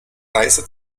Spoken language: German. neiße